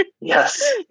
Yes